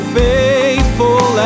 faithful